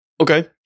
Okay